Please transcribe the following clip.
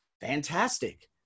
fantastic